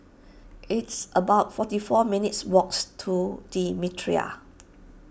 it's about forty four minutes' walks to the Mitraa